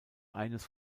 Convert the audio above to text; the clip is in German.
eines